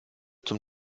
zum